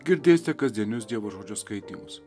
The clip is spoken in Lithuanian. girdėsite kasdienius dievo žodžio skaitymus